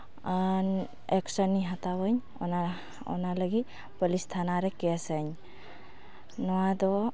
ᱟᱨ ᱮᱠᱥᱮᱱ ᱤᱧ ᱦᱟᱛᱟᱣᱟ ᱚᱱᱟ ᱚᱱᱟ ᱞᱟᱹᱜᱤᱫ ᱯᱩᱞᱤᱥ ᱛᱷᱟᱱᱟ ᱨᱮ ᱠᱮᱥ ᱟᱹᱧ ᱱᱚᱣᱟ ᱫᱚ